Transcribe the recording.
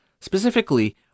Specifically